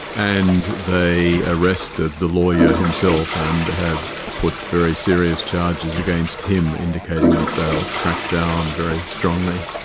and they arrested the lawyer himself and have put very serious charges against him, indicating that they will crack down very strongly.